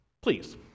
please